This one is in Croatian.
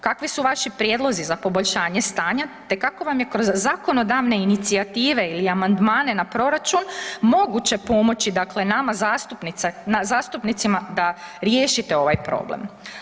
Kakvi su vaši prijedlozi za poboljšanje stanja, te kako vam je kroz zakonodavne inicijative ili amandmane na proračun moguće pomoći dakle nama zastupnicima da riješite ovaj problem.